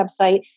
website